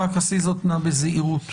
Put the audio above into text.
רק תעשי זאת, נא, בזהירות.